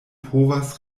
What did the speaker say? povas